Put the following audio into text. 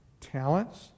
talents